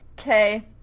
Okay